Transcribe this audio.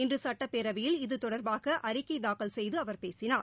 இன்றுசட்டப்பேரவையில் இது தொடர்பாகஅறிக்கைதாக்கல் செய்துஅவர் பேசினார்